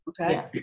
Okay